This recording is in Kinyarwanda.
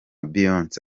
beyonce